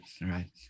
right